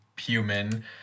human